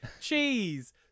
cheese